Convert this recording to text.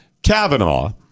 Kavanaugh